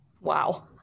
Wow